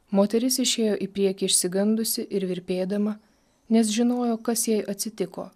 moteris išėjo į priekį išsigandusi ir virpėdama nes žinojo kas jai atsitiko